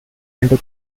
into